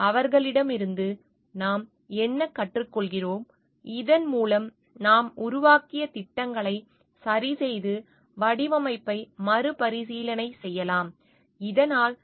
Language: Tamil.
அவர்களிடமிருந்து நாம் என்ன கற்றுக்கொள்கிறோம் இதன்மூலம் நாம் உருவாக்கிய திட்டங்களை சரிசெய்து வடிவமைப்பை மறுபரிசீலனை செய்யலாம் இதனால் இந்த சிக்கல்கள் பூட்டப்படுகின்றன